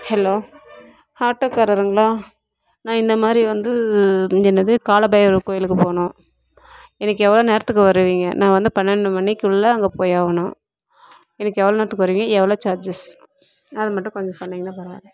hello ஆட்டோக்காரர்ங்களா நான் இந்தமாதிரி வந்து என்னது காலபைரவர் கோவிலுக்கு போகணும் எனக்கு எவ்வளோ நேரத்துக்கு வருவீங்க நான் வந்து பன்னெண்டு மணிக்குள்ளே அங்கே போய் ஆகணும் எனக்கு எவ்வளோ நேரத்துக்கு வருவீங்க எவ்வளோ சார்ஜஸ் அதுமட்டும் கொஞ்சம் சொன்னீங்கனா பரவாயில்ல